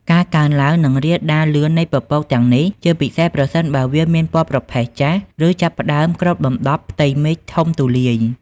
ការកើនឡើង និងរាលដាលលឿននៃពពកទាំងនេះ ជាពិសេសប្រសិនបើវាមានពណ៌ប្រផេះចាស់ ឬចាប់ផ្តើមគ្របដណ្តប់ផ្ទៃមេឃធំទូលាយ។